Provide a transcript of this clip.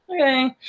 Okay